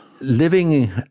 Living